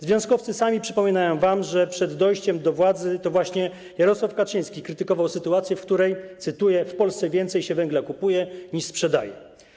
Związkowcy sami przypominają wam, że przed dojściem do władzy to właśnie Jarosław Kaczyński krytykował sytuację, w której, cytuję: w Polsce więcej się węgla kupuje, niż sprzedaje.